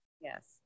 Yes